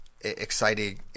exciting